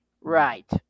Right